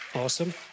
awesome